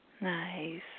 Nice